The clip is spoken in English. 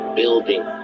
building